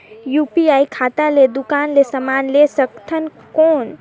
UPI खाता ले दुकान ले समान ले सकथन कौन?